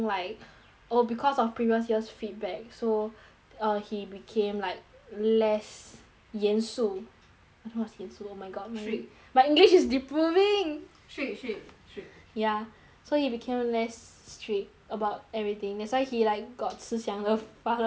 oh because of previous years feedback so uh he became like less 严肃 what's 严肃 oh my god strict oh my god my english is deproving strict strict strict ya so he become less strict about everything that's why he got like 慈祥的 father 的 image